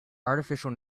artificial